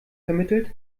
vermittelt